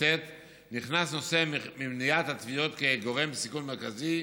נכנס נושא מניעת הטביעות כגורם סיכון מרכזי.